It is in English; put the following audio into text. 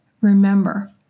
remember